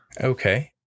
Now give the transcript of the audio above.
Okay